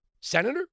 Senator